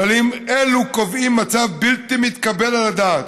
כללים אלו קובעים מצב בלתי מתקבל על הדעת,